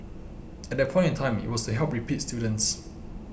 at that point in time it was to help repeat students